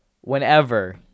whenever